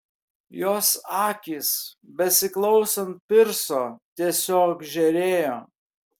jos akys besiklausant pirso tiesiog žėrėjo